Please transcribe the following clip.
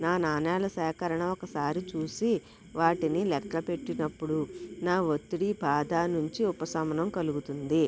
నా నాణాల సేకరణ ఒకసారి చూసి వాటిని లెక్కపెట్టినప్పుడు నా ఒత్తిడి బాధ నుంచి ఉపశమనం కలుగుతుంది